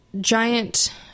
giant